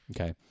Okay